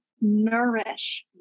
Nourish